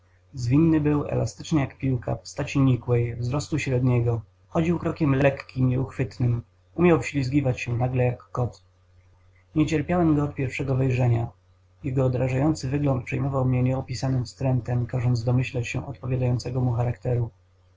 zwinny był elastyczny jak piłka postaci nikłej wzrostu średniego chodził krokiem lekkim nieuchwytnym umiał wślizgiwać się nagle jak kot nie cierpiałem go od pierwszego wejrzenia jego odrażający wygląd przejmował mnie nieopisanym wstrętem każąc domyślać się odpowiadającego mu charakteru